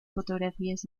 fotografías